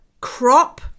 crop